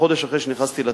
חודש אחרי שנכנסתי לתפקיד,